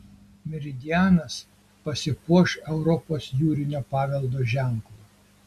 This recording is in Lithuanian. meridianas pasipuoš europos jūrinio paveldo ženklu